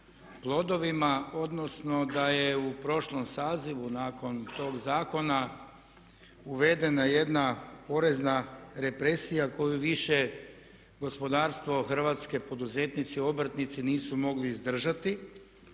plodovima, odnosno da je u prošlom sazivu nakon tog zakona uvedena jedna porezna represija koju više gospodarstvo hrvatske, poduzetnici, obrtnici nisu mogli izdržati.